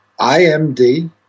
IMD